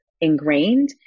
ingrained